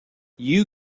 you